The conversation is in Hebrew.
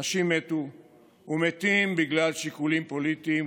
אנשים מתו ומתים בגלל שיקולים פוליטיים,